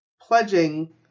pledging